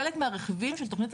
זה חלק מהרכיבים של התוכנית,